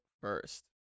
first